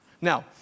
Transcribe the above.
Now